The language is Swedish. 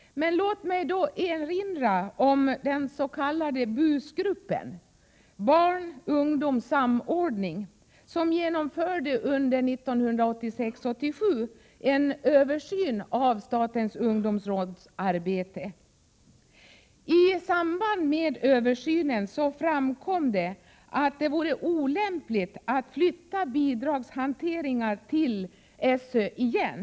Låt mig då erinra om att den s.k. BUS-gruppen, Barn-Ungdom-Samordning, under 1986—87 genomförde en översyn av statens ungdomsråds arbete. I samband med översynen framkom att det vore olämpligt att flytta bidragshanteringar till SÖ igen.